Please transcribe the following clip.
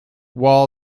wall